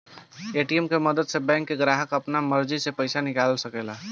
ATM के मदद से बैंक के ग्राहक आपना मर्जी से पइसा निकाल सकेला